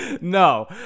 No